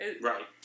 Right